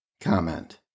Comment